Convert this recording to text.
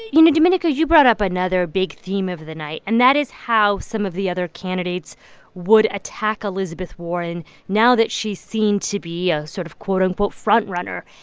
you know, domenico, you brought up another big theme of the night. and that is how some of the other candidates would attack elizabeth warren now that she's seen to be ah sort of a, quote-unquote, frontrunner.